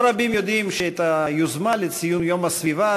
לא רבים יודעים שאת היוזמה לציון יום הסביבה